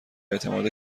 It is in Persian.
اعتماد